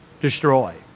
Destroy